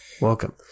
welcome